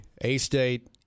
A-State